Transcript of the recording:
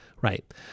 Right